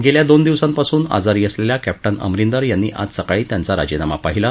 गेल्या दोन दिवसांपासून आजारी असलेल्या कॅप्टन अमरिंदर यांनी आज सकाळी त्यांचा राजीनामा पाहिला